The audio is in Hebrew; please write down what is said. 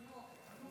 חינוך.